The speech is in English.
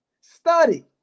Study